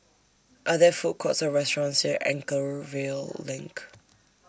Are There Food Courts Or restaurants near Anchorvale LINK